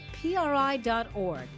PRI.org